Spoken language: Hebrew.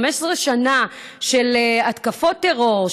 15 שנה של התקפות טרור,